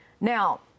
Now